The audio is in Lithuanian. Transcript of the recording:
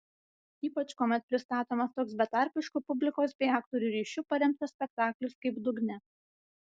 ypač kuomet pristatomas toks betarpišku publikos bei aktorių ryšiu paremtas spektaklis kaip dugne